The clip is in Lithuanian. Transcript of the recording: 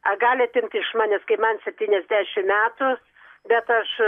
ar gali atimti iš manęs kai man septyniasdešimt metų bet aš